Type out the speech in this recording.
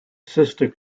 sister